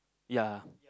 ya